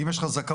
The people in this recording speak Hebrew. אם יש לך זכאות,